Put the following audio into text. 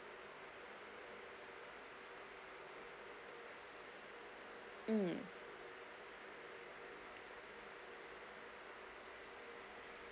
mm